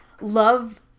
love